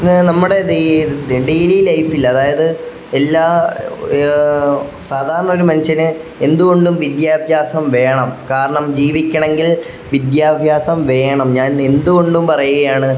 ഇന്ന് നമ്മുടെ ഡെ ഇത് ഡെയ്ലി ലൈഫില് അതായത് എല്ലാ സാധാരണ ഒരു മനുഷ്യന് എന്ത്കൊണ്ടും വിദ്യാഭ്യാസം വേണം കാരണം ജീവിക്കണമെങ്കിൽ വിദ്യാഭ്യാസം വേണം ഞാൻ എന്ത്കൊണ്ടും പറയുകയാണ്